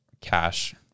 cash